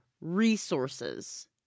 resources